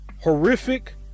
horrific